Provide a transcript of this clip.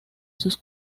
sus